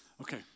Okay